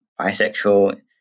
bisexual